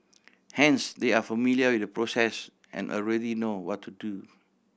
hence they are familiar with the process and already know what to do